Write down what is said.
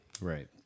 Right